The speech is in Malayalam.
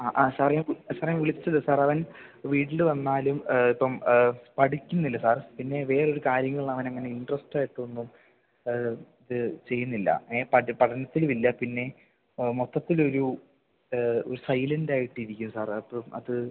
ആ ആ സാറേ സാറെ ഞാൻ വിളിച്ചത് സാർ അവൻ വീട്ടിൽ വന്നാലും ഇപ്പം പഠിക്കുന്നില്ല സാറ് പിന്നെ വേറെ ഒരു കാര്യങ്ങളിൽ അവൻ അങ്ങനെ ഇൻട്രസ്റ്റായിട്ടൊന്നും അത് ചെയ്യുന്നില്ല പഠനത്തിലും ഇല്ല പിന്നെ മൊത്തത്തിൽ ഒരു ഒരു സൈലൻ്റ് ആയിട്ടിരിക്കും സാറെ അപ്പം അത്